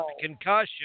concussion